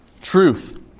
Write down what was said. Truth